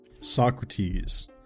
Socrates